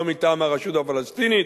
לא מטעם הרשות הפלסטינית.